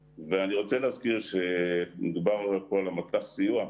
דובר פה על מט"ח הסיוע.